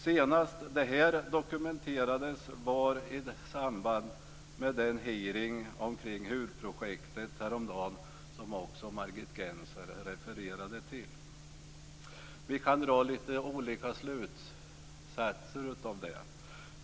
Senast detta dokumenterades var i samband med den hearing om HUR-projektet häromdagen som också Vi kan dra lite olika slutsatser av detta.